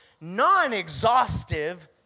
non-exhaustive